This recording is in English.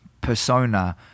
persona